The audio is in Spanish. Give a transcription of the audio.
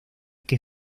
que